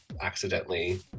accidentally